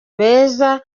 beza